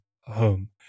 home